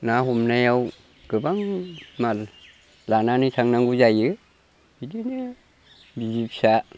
ना हमनायाव गोबां माल लानानै थांनांगौ जायो बिदिनो बिसि फिसा